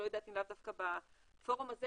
אני לא יודעת אם דווקא בפורום הזה,